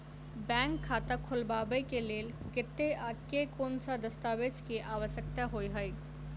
Bank खाता खोलबाबै केँ लेल केतना आ केँ कुन सा दस्तावेज केँ आवश्यकता होइ है?